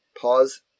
pause